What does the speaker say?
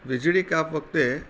વીજળી કાપ વખતે